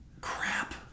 Crap